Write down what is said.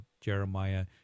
Jeremiah